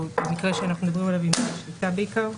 או במקרה שאנחנו מדברים עליו עם בעל שליטה בעיקר.